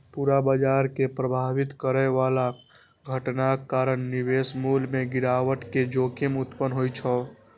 पूरा बाजार कें प्रभावित करै बला घटनाक कारण निवेश मूल्य मे गिरावट के जोखिम उत्पन्न होइ छै